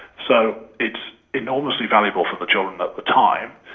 so it's enormously valuable for the children at the time,